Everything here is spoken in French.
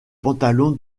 pantalon